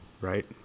right